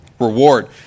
reward